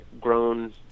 grown